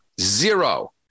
zero